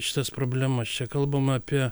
šitas problemas čia kalbama apie